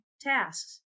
tasks